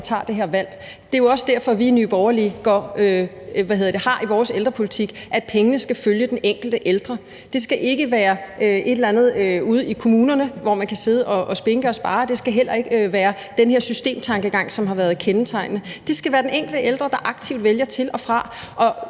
der tager de her valg. Det er jo også derfor, at vi i Nye Borgerlige har i vores ældrepolitik, at pengene skal følge den enkelte ældre. Det skal ikke være et eller andet med, at man ude i kommunerne kan sidde og spinke og spare. Det skal heller ikke være den her systemtankegang, som har været kendetegnende. Det skal være den enkelte ældre, der aktivt vælger til og fra.